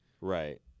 right